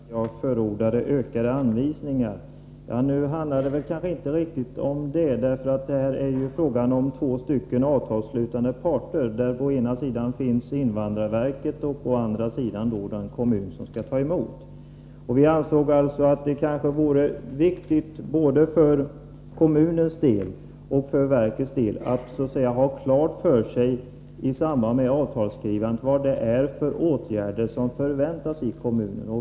Fru talman! Börje Nilsson var förvånad över att jag förordade ökade anvisningar. Men nu handlar det kanske inte riktigt om detta. Det är ju fråga om två avtalsslutande parter. Å ena sidan finns invandrarverket och å andra sidan den kommun som skall ta emot flyktingar. Vi ansåg att det kanske vore viktigt både för kommunens del och för verkets del att i samband med avtalsskrivandet ha klart för sig vilka åtgärder som förväntas av kommunen.